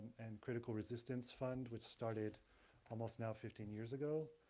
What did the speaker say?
and critical resistance fund, which started almost now fifteen years ago.